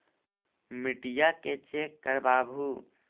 मिट्टीया के चेक करबाबहू?